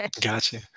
gotcha